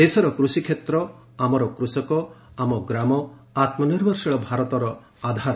ଦେଶର କୂଷିକ୍ଷେତ୍ର ଆମର କୂଷକ ଆମ ଗ୍ରାମ ଆତ୍ମ ନିର୍ଭରଶୀଳ ଭାରତର ଆଧାର